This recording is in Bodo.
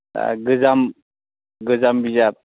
गोजाम गोजाम बिजाब